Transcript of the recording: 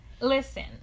Listen